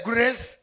Grace